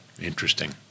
Interesting